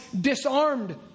disarmed